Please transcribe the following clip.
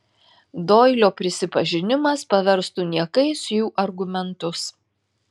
doilio prisipažinimas paverstų niekais jų argumentus